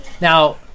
Now